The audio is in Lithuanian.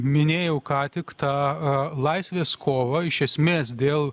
minėjau ką tik tą laisvės kovą iš esmės dėl